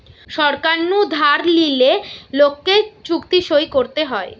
সরকার নু ধার লিলে লোককে চুক্তি সই করতে হয়